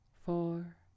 four